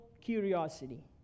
curiosity